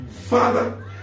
Father